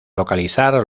localizar